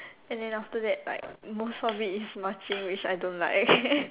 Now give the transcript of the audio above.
and then after like most of it is marching which I don't like